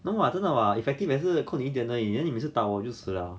no [what] 真的 what effective 也是扣你一点而已 then 你每次打我就死了